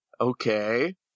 Okay